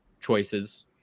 choices